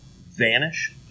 vanish